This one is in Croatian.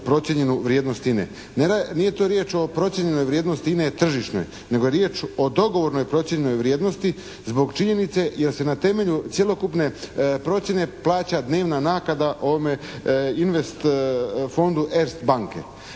Nije to riječ o procijenjenoj vrijednosti INA-e tržišne nego je riječ o dogovornoj procijenjenoj vrijednost zbog činjenice jer se na temelju cjelokupne procjene plaća dnevna naknada ovome Invest Fondu Erst banke,